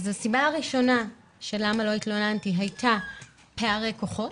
הסיבה הראשונה של למה לא התלוננתי הייתה פערי כוחות,